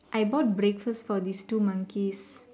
I bought breakfast for these two monkeys